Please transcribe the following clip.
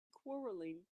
quarrelling